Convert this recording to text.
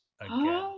again